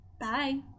Bye